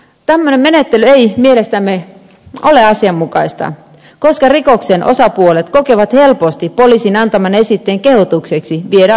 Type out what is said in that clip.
tämmöinen menettely ei mielestämme ole asianmukaista koska rikoksen osapuolet kokevat helposti poliisin antaman esitteen kehotukseksi viedä asia sovitteluun